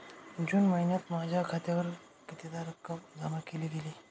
जून महिन्यात माझ्या खात्यावर कितीदा रक्कम जमा केली गेली?